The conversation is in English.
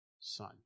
son